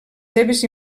seves